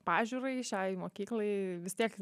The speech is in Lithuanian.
pažiūrai šiai mokyklai vis tiek